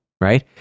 Right